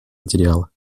материала